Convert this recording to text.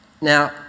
Now